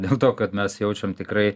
dėl to kad mes jaučiam tikrai